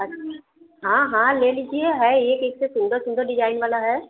अच्छा हाँ हाँ ले लीजिए है एक इससे सुन्दर सुन्दर डिजाईन वाला है